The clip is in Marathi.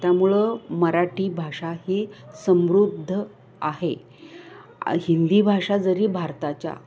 त्यामुळं मराठी भाषा ही समृद्ध आहे हिंदी भाषा जरी भारताच्या